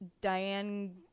Diane